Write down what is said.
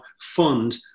fund